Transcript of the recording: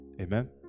Amen